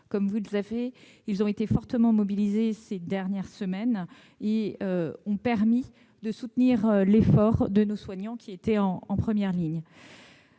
Comme vous le savez, ils ont été fortement mobilisés ces dernières semaines et ont permis de soutenir les efforts de nos soignants, qui étaient en première ligne.